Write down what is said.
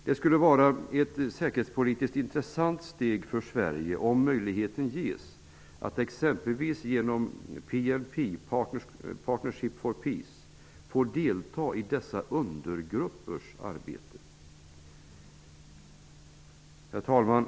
Det skulle vara ett säkerhetspolitiskt intressant steg för Sverige att, om möjligheten ges, exempelvis genom P & P, dvs. Partnership for Peace, få delta i dessa undergruppers arbete.